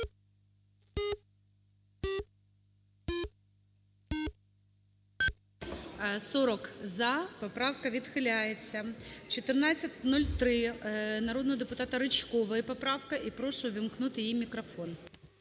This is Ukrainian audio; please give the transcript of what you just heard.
За-40 Поправка відхиляється. 1403. Народного депутата Ричкової поправка. І прошу увімкнути їй мікрофон.